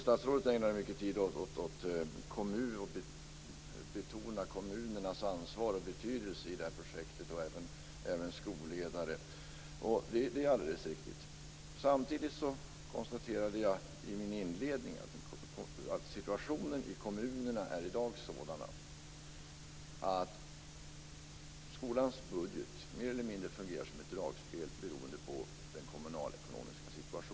Statsrådet ägnar mycket tid åt att betona kommunernas ansvar och betydelse i projektet och även skolledarnas roll. Det är alldeles riktigt. Samtidigt konstaterade jag i min inledning att situationen i kommunerna i dag är sådan att skolans budget mer eller mindre fungerar som ett dragspel beroende på den kommunalekonomiska situationen.